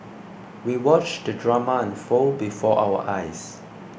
we watched the drama unfold before our eyes